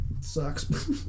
Sucks